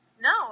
No